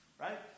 right